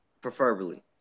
preferably